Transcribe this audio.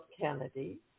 Kennedy